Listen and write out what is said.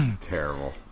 Terrible